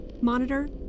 monitor